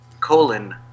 colon